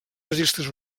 registres